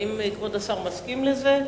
האם כבוד השר מסכים לזה?